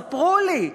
ספרו לי.